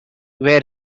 where